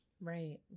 Right